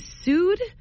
sued